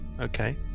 okay